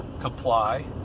comply